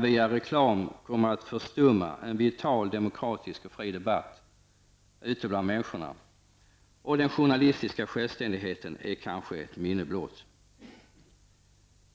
Via reklam kan en vital demokratisk och fri debatt ute bland människorna komma att förstummas. Den journalistiska självständigheten blir kanske ett minne blott.